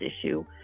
issue